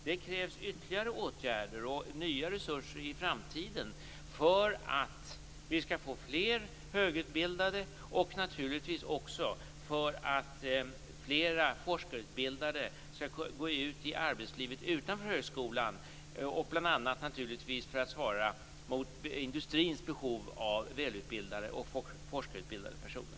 Det krävs ytterligare åtgärder och nya resurser i framtiden för att vi skall få fler högutbildade och naturligtvis också för att fler forskarutbildade skall gå ut i arbetslivet utanför högskolan för att bl.a. svara mot industrins behov av välutbildade och forskarutbildade personer.